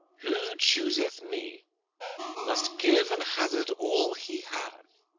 who chooseth me must give and hazard all he hath